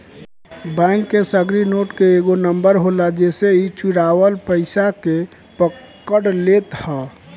bank के सगरी note के एगो नंबर होला जेसे इ चुरावल पईसा के पकड़ लेत हअ